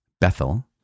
Bethel